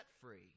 free